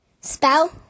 spell